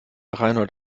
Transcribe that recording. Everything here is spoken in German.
reinhold